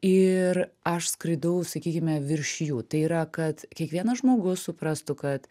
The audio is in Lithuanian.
ir aš skridau sakykime virš jų tai yra kad kiekvienas žmogus suprastų kad